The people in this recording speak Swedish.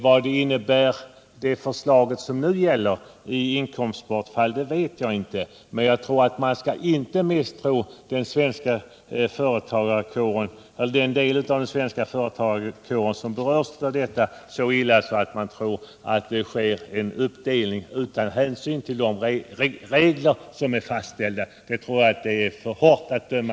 Vad de regler som nu gäller innebär i fråga om inkomstbortfall vet jag inte, men man skall inte tro så illa om dessa företagare att man misstänker att det sker en inkomstuppdelning utan hänsyn till de regler som är fastställda.